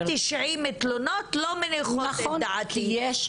290 תלונות לא מניחות את דעתי.